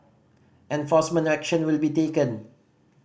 enforcement action will be taken